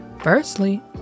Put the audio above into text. Firstly